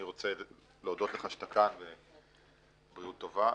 אני רוצה להודות לך על שאתה כאן ומאחל לך בריאות טובה.